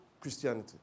Christianity